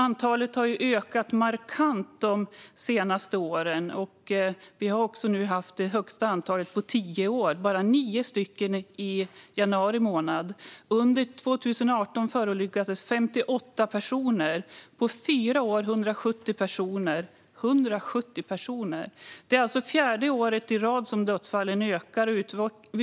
Antalet har ökat markant de senaste åren. Vi har haft det högsta antalet på tio år, nio stycken bara i januari månad. Under 2018 förolyckades 58 personer. På fyra år förolyckades 170 personer. Det är fjärde året i rad som dödsfallen ökar.